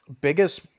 biggest